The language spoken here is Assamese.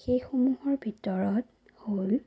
সেইসমূহৰ ভিতৰত হ'ল